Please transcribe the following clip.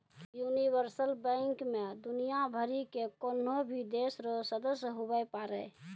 universal bank मे दुनियाँ भरि के कोन्हो भी देश रो सदस्य हुवै पारै